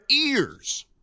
ears